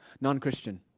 Non-Christian